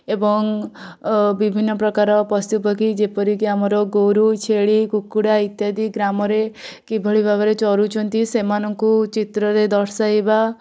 ଏବଂ ବିଭିନ୍ନ ପ୍ରକାର ପଶୁପକ୍ଷୀ ଯେପରିକି ଆମର ଗୋରୁ ଛେଳି କୁକୁଡ଼ା ଇତ୍ୟାଦି ଗ୍ରାମରେ କିଭଳି ଭାବରେ ଚରୁଛନ୍ତି ସେମାନଙ୍କୁ ଚିତ୍ରରେ ଦର୍ଶାଇବା